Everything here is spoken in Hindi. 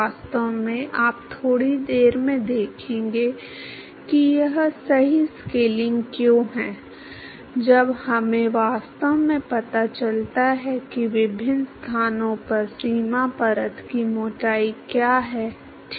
वास्तव में आप थोड़ी देर में देखेंगे कि यह सही स्केलिंग क्यों है जब हमें वास्तव में पता चलता है कि विभिन्न स्थानों पर सीमा परत की मोटाई क्या है ठीक है